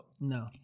no